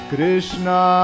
Krishna